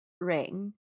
ring